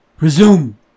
Resume